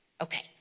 Okay